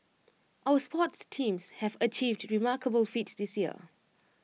our sports teams have achieved remarkable feats this year